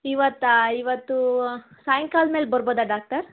ಇವತ್ತಾ ಇವತ್ತು ಸಾಂಯ್ಕಾಲ್ದ ಮೇಲೆ ಬರ್ಬೋದಾ ಡಾಕ್ಟರ್